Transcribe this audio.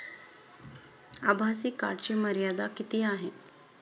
आभासी कार्डची मर्यादा किती आहे?